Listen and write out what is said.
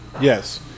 Yes